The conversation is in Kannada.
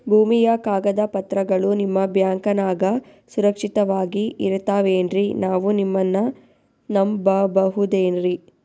ಭೂಮಿಯ ಕಾಗದ ಪತ್ರಗಳು ನಿಮ್ಮ ಬ್ಯಾಂಕನಾಗ ಸುರಕ್ಷಿತವಾಗಿ ಇರತಾವೇನ್ರಿ ನಾವು ನಿಮ್ಮನ್ನ ನಮ್ ಬಬಹುದೇನ್ರಿ?